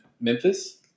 Memphis